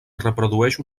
reprodueix